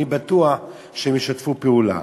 אני בטוח שהם ישתפו פעולה.